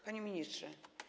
Panie Ministrze!